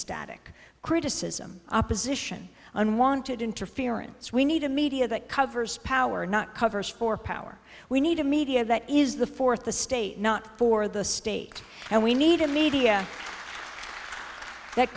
static criticism opposition unwanted interference we need a media that covers power not covers for power we need a media that is the fourth the state not for the state and we need a media that